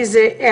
אוקיי.